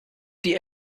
die